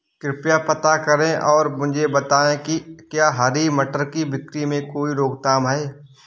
कृपया पता करें और मुझे बताएं कि क्या हरी मटर की बिक्री में कोई रोकथाम है?